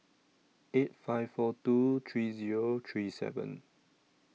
eight five four two three Zero three seven